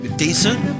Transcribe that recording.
decent